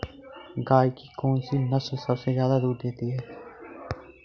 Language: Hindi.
गाय की कौनसी नस्ल सबसे ज्यादा दूध देती है?